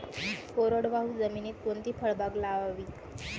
कोरडवाहू जमिनीत कोणती फळबाग लावावी?